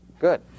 Good